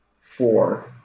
Four